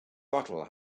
bottle